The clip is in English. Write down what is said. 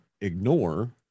ignore